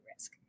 risk